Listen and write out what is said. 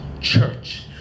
church